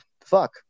fuck